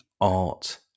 art